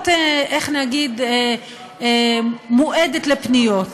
ופחות מועדת לפניות,